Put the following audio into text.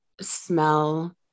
smell